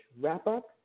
Wrap-Up